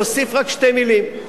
להוסיף רק שתי מלים: